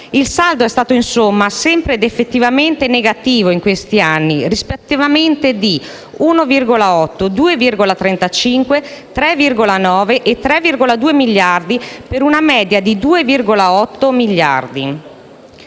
Il «saldo» è stato, insomma, sempre ed effettivamente negativo in questi anni rispettivamente di 1,8; 2,35; 3,9 e 3,2 miliardi, per una media di 2,8 miliardi.